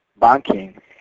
banking